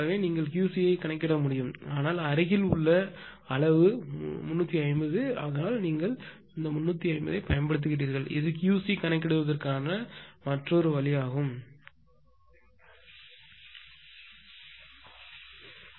நீங்கள் Qc ஐ கணக்கிட முடியும் ஆனால் அருகில் உள்ள அளவு 350 ஆகும் அதனால் தான் நீங்கள் 350 ஐப் பயன்படுத்துகிறீர்கள் இது க்யூசி கணக்கிடுவதற்கான மற்றொரு வழி